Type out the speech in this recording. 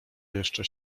jeszcze